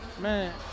Man